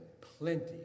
plenty